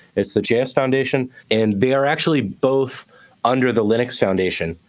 it's the js foundation. and they are actually both under the linux foundation,